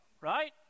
right